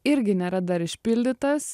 irgi nėra dar išpildytas